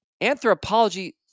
Anthropology